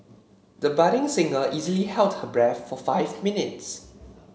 the budding singer easily held her breath for five minutes